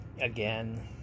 again